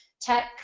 tech